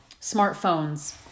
smartphones